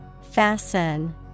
Fasten